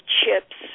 chips